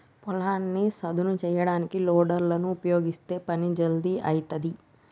పొలాన్ని సదును చేయడానికి లోడర్ లను ఉపయీగిస్తే పని జల్దీ అయితది